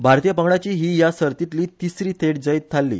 भारतीय पंगडाची हि ह्या सर्तींतली तीसरी थेट जैत थारली